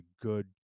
good